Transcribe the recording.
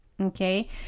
okay